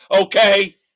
Okay